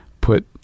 put